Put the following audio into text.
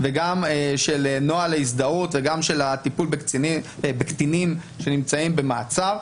גם של נוהל ההזדהות וגם של הטיפול בקטינים שנמצאים במעצר,